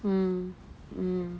mm mm